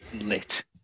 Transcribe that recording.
lit